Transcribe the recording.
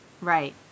right